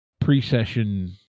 pre-session